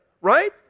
right